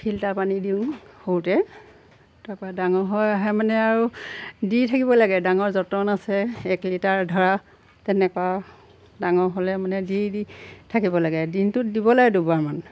filter পানী দিওঁ সৰুতে তাৰপৰা ডাঙৰ হৈ আহে মানে আৰু দি থাকিব লাগে ডাঙৰ যতন আছে এক লিটাৰ ধৰা তেনেকুৱা ডাঙৰ হ'লে মানে দি দি থাকিব লাগে দিনটোত দিব লাগে দুবাৰমান